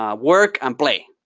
ah work, and play.